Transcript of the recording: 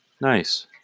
Nice